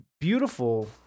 beautiful